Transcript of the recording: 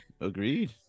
agreed